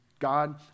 God